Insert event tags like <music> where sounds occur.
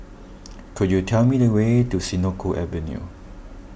<noise> could you tell me the way to Senoko Avenue